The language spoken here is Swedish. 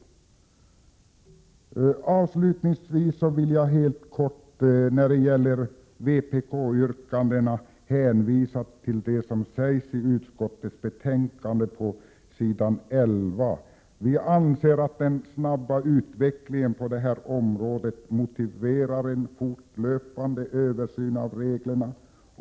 Avslutningsvis vill jag helt kort när det gäller vpk-yrkandena hänvisa till det som sägs i utskottets betänkande på s. 11, att vi anser ”att den snabba utvecklingen på området motiverar en fortlöpande översyn av reglerna.